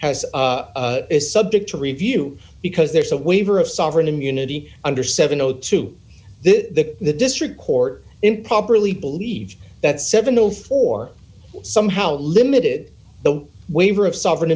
as is subject to review because there is a waiver of sovereign immunity under seven o two the the district court improperly believed that seven o four somehow limited the waiver of sovereign